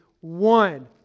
One